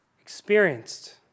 experienced